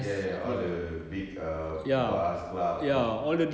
ya ya ya all the big err bars club